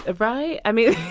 ah right? i mean.